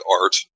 art